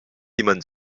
jemand